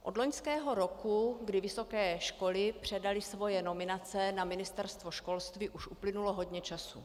Od loňského roku, kdy vysoké školy předaly svoje nominace na ministerstvo školství, už uplynulo hodně času.